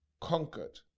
conquered